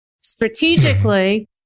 Strategically